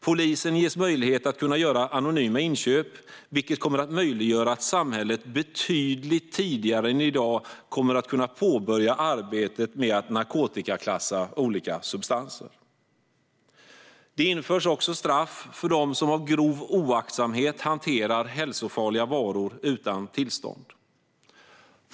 Polisen ges möjlighet att göra anonyma inköp, vilket kommer att möjliggöra för samhället att betydligt tidigare än i dag påbörja arbetet med att narkotikaklassa olika substanser. Det införs också straff för den som av grov oaktsamhet hanterar hälsofarliga varor utan tillstånd.